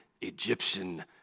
Egyptian